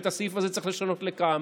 ואת הסעיף הזה צריך לשנות לכאן,